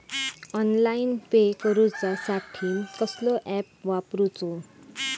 Online pay करूचा साठी कसलो ऍप वापरूचो?